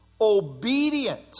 obedient